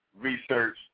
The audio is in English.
research